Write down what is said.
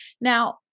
Now